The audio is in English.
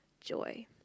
Joy